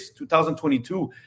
2022